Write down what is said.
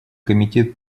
комитет